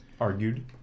argued